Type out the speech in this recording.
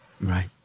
Right